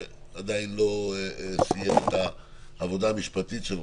שעדיין לא סיים את העבודה המשפטית שלו